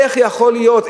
איך יכול להיות,